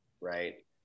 right